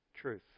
Truth